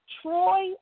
Troy